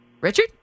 Richard